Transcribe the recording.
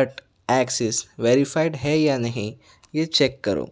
it Axis verified ہے یا نہیں یہ چیک کرو